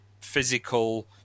physical